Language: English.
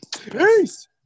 Peace